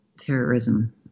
terrorism